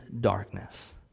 darkness